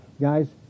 Guys